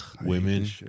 women